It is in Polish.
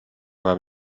mam